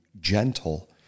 gentle